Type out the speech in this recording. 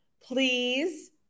please